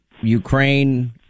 ukraine